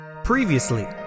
Previously